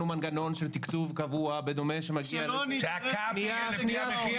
מנגנון של תקצוב קבוע בדומה --- שהקאפ יהיה לפי המחיר